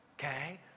Okay